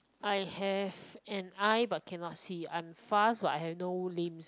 I have an eye but cannot see I am fast but I have no limbs